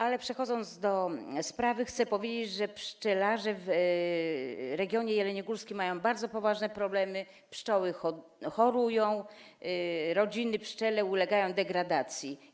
Ale przechodząc do sprawy, chcę powiedzieć, że pszczelarze w regionie jeleniogórskim mają bardzo poważne problemy: pszczoły chorują, rodziny pszczele ulegają degradacji.